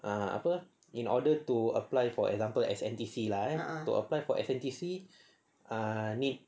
ah apa in order to apply for example S_N_T_C ah to apply for S_N_T_C need